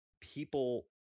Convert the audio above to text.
people